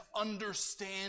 understand